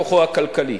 כוחו הכלכלי.